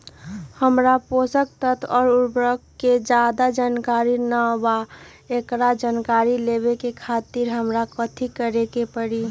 हमरा पोषक तत्व और उर्वरक के ज्यादा जानकारी ना बा एकरा जानकारी लेवे के खातिर हमरा कथी करे के पड़ी?